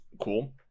cool